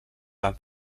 van